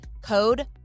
Code